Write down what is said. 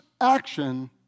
action